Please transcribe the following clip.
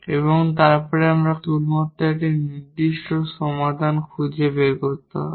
এবং তারপরে আমাদের কেবলমাত্র একটি নির্দিষ্ট সমাধান খুঁজে বের করতে হবে